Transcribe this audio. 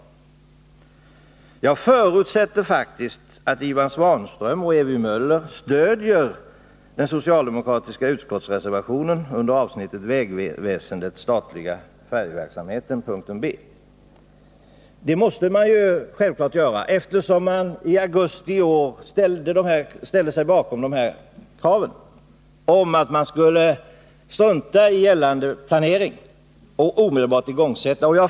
Och jag förutsätter faktiskt att Ivan Svanström och Ewy Möller stöder den socialdemokratiska utskottsreservationen under avsnittet Den statliga färjeverksamheten, punkt 2 b. Det måste man ju göra eftersom man i augusti i år ställde sig bakom de här kraven på att man skulle strunta i gällande planering och omedelbart igångsätta brobygget.